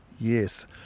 Yes